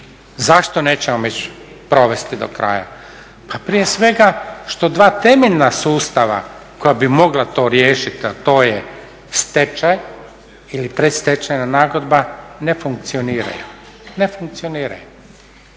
Zašto nećemo provesti do kraja? Pa prije svega što dva temeljna sustava koja bi mogla to riješiti a to je stečaj ili predstečajna nagodba ne funkcioniraju, ne funkcioniraju.